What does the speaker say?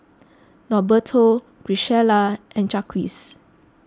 Norberto Graciela and Jacques